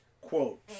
quote